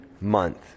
month